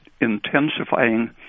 intensifying